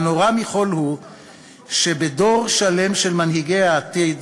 הנורא מכול הוא שבדור שלם של מנהיגי העתיד